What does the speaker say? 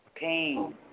pain